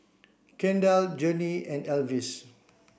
Kendal Journey and Elvis